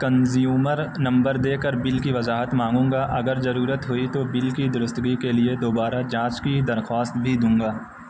consumer number دے کر bill کی وضاحت مانگوں گا اگر ضرورت ہوئی تو بل کی درستگی کے لیے دوبارہ جانچ کی درخواست بھی دوں گا